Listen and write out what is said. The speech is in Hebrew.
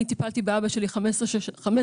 אני טיפלתי באבא שלי 15 שנה.